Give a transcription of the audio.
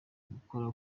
gukora